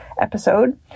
episode